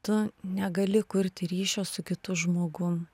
tu negali kurti ryšio su kitu žmogum